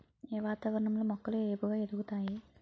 ఏ వాతావరణం లో మొక్కలు ఏపుగ ఎదుగుతాయి?